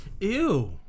Ew